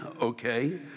okay